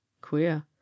queer